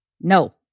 No